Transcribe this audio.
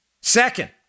Second